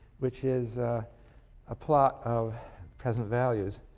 which is ah plot of present values.